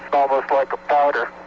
almost like a powder.